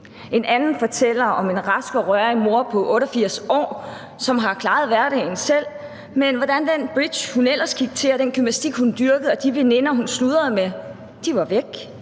En anden fortæller om en rask og rørig mor på 88 år, som har klaret hverdagen selv, men at den bridge, hun ellers gik til, og den gymnastik, hun dyrkede, og de veninder, hun sludrede med, var væk.